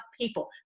people